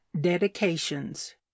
dedications